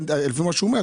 מה שהוא אומר,